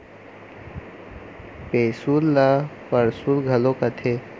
पैसुल ल परसुल घलौ कथें